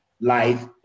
life